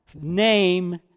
name